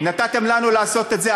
נתתם לנו לעשות את זה,